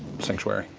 sanctuary.